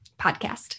podcast